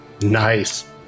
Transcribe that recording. nice